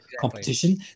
competition